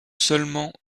seulement